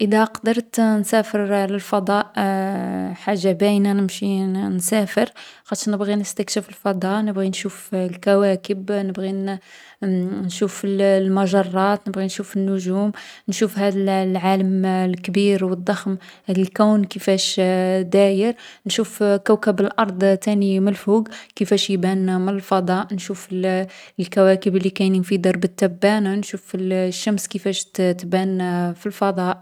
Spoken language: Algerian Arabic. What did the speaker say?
اذا قدرت نسافر للفضاء حاجة باينة نمشي نـ نسافر، خاطش نبغي نستكشف الفضاء، نبغي نشوف الكواكب، نبغي نـ نشوف الـ المجرات، نبغي نشوف النجوم نشوف هاذ الـ العالم الـ الكبير و الضخم. هاذ الكون كيفاش داير. نشوف كوكب الأرض تاني مالفوق كيفاش يبان من الفضاء. نشوف الـ الكواكب لي كاينين في درب التبانة. نشوف الـ الشمس كيفاش تـ تبان في الفضاء.